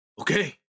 okay